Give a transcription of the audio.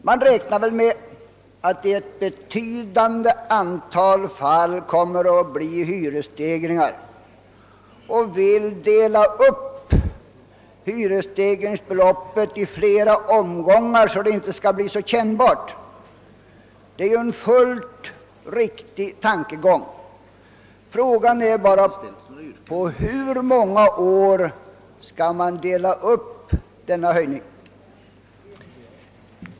Man räknar ju med att det i ett betydande antal fall kommer att bli hyresstegringar och vill därför dela upp hyresstegringen i flera omgångar, så att det inte skall bli så kännbart. Det är en fullt riktig tankegång. Frågan är bara på hur många år man skall dela upp denna höjning.